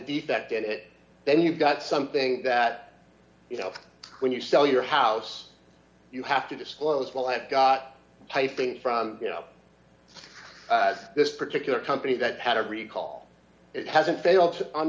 defect in it then you've got something that you know when you sell your house you have to disclose well i've got i think from you know this particular company that had a recall it hasn't failed on